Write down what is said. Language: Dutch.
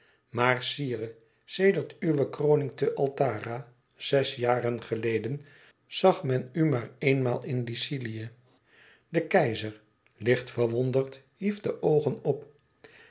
maar sire sedert uwe kroning te altara zes jaar geleden zag men u maar eenmaal in lycilië de keizer licht verwonderd hief de oogen op